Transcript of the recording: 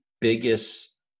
biggest